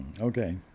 Okay